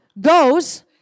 goes